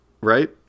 Right